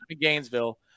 Gainesville